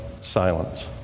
silence